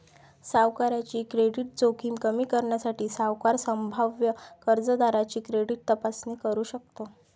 सावकाराची क्रेडिट जोखीम कमी करण्यासाठी, सावकार संभाव्य कर्जदाराची क्रेडिट तपासणी करू शकतो